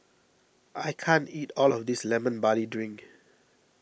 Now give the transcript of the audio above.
I can't eat all of this Lemon Barley Drink